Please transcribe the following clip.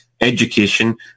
education